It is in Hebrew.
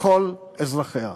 לכל אזרחיה.